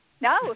No